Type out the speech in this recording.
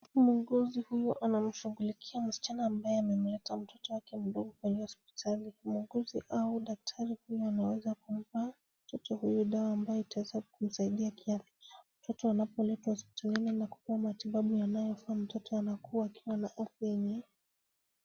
Muuguzi huyu anamshughulikia msichana ambaye amemleta mtoto wake kwenye hospitali. Muuguzi au daktari pia unaona anampa mtoto huyu dawa ambayo itaweza kumsaidia kiafya. Mtoto anapoletwa hospitalini na kupewa matibabu yanayofaa, mtoto anakua akiwa na afya nzuri.